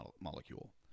molecule